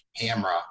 camera